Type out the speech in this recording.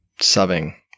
subbing